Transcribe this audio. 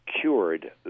cured